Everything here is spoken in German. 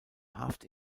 haft